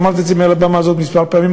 אמרתי את זה מעל הבמה הזאת כמה פעמים,